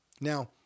Now